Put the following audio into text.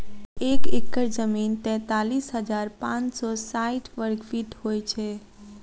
एक एकड़ जमीन तैँतालिस हजार पाँच सौ साठि वर्गफीट होइ छै